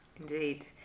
Indeed